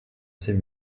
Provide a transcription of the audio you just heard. ses